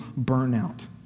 burnout